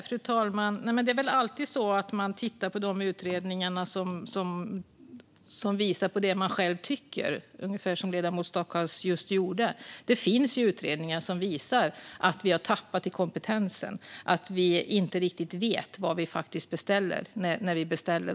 Fru talman! Det är väl alltid så att man tittar på de utredningar som visar på det man själv tycker, ungefär som ledamoten Stockhaus just gjorde. Det finns utredningar som visar att vi har tappat kompetens - att vi inte riktigt vet vad vi beställer när vi beställer.